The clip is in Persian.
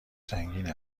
سنگین